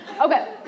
Okay